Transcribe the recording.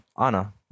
Anna